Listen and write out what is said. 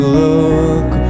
look